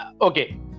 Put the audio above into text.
okay